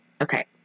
Okay